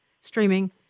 streaming